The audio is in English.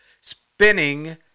spinning